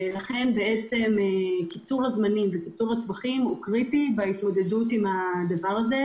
ולכן קיצור הזמנים וקיצור הטווחים הוא קריטי בהתמודדות עם הדבר הזה,